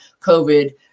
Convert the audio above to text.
COVID